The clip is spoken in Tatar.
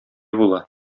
була